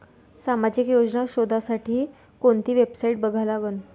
सामाजिक योजना शोधासाठी कोंती वेबसाईट बघा लागन?